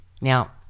Now